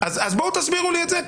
בואו תסבירו לי את זה,